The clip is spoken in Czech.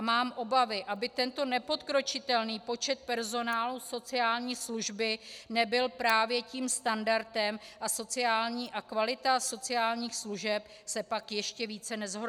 Mám obavy, aby tento nepodkročitelný počet personálu sociální služby nebyl právě tím standardem a kvalita sociálních služeb se pak ještě více nezhoršovala.